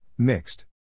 Mixed